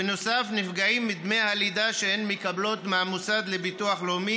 בנוסף נפגעים דמי הלידה שהן מקבלות מהמוסד לביטוח הלאומי,